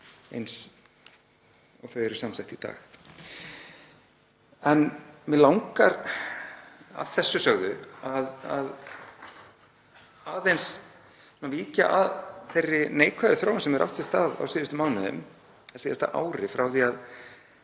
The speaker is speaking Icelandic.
eins og þau eru samsett í dag. Mig langar að þessu sögðu aðeins að víkja að þeirri neikvæðu þróun sem hefur átt sér stað á síðustu mánuðum, á síðasta ári, frá því að